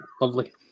lovely